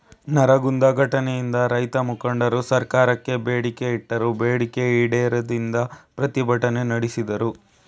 ನರಗುಂದ ಘಟ್ನೆಯಿಂದ ರೈತಮುಖಂಡ್ರು ಸರ್ಕಾರಕ್ಕೆ ಬೇಡಿಕೆ ಇಟ್ರು ಬೇಡಿಕೆ ಈಡೇರದಿಂದ ಪ್ರತಿಭಟ್ನೆ ನಡ್ಸುದ್ರು